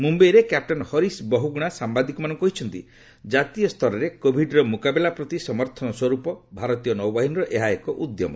ମୁମ୍ୟାଇରେ କ୍ୟାପ୍ଟେନ୍ ହରିଶ୍ ବହୁଗୁଣା ସାମ୍ଭାଦିକମାନଙ୍କୁ କହିଛନ୍ତି ଜାତୀୟ ସ୍ତରରେ କୋଭିଡ୍ର ମୁକାବିଲା ପ୍ରତି ସମର୍ଥନସ୍ୱରୂପ ଭାରତୀୟ ନୌବାହିନୀର ଏହା ଏକ ଉଦ୍ୟମ